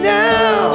now